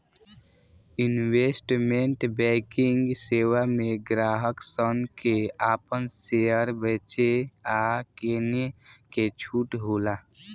investment banking सेवा में ग्राहक सन के आपन शेयर बेचे आ किने के छूट होला